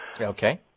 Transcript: Okay